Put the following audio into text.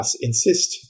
insist